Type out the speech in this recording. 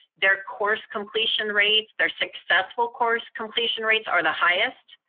their course completion rates, their successful course completion rates are the highest.